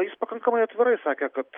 jis pakankamai atvirai sakė kad